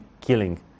killing